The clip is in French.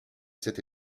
cette